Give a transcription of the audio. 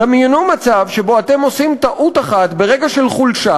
דמיינו מצב שבו אתם עושים טעות אחת ברגע של חולשה